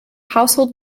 household